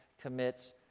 commits